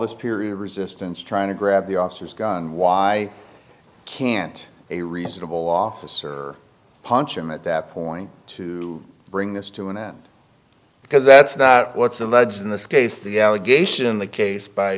this period of resistance trying to grab the officer's gun why can't a reasonable officer punch him at that point to bring this to an end because that's not what's alleged in this case the allegation in the case by